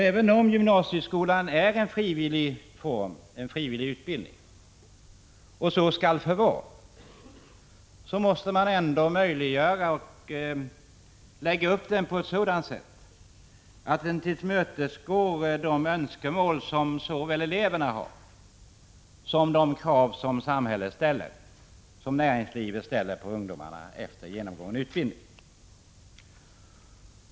Även om gymnasieskolan är och skall vara en frivillig utbildning, måste man ändå möjliggöra och lägga upp utbildningen på ett sådant sätt att den tillmötesgår såväl de önskemål som eleverna har som de krav som samhället och näringslivet ställer på ungdomarna efter genomgången utbildning.